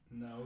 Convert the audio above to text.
no